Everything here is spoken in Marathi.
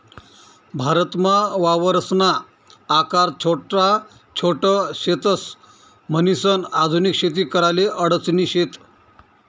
भारतमा वावरसना आकार छोटा छोट शेतस, म्हणीसन आधुनिक शेती कराले अडचणी शेत